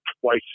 twice